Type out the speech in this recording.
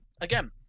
again